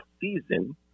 season